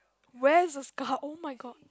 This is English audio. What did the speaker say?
where's the scar oh-my-god